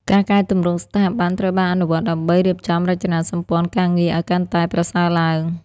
ការកែទម្រង់ស្ថាប័ន ត្រូវបានអនុវត្តដើម្បីរៀបចំរចនាសម្ព័ន្ធការងារឱ្យកាន់តែប្រសើរឡើង។